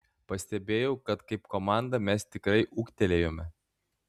pastebėjau kad kaip komanda mes tikrai ūgtelėjome